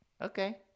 Okay